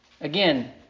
Again